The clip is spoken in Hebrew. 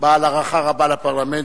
בעל הערכה רבה לפרלמנט,